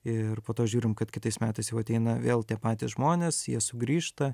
ir po to žiūrim kad kitais metais jau ateina vėl tie patys žmonės jie sugrįžta